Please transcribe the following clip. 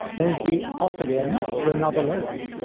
then he'd be off again for another load.